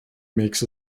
makes